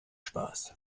spaß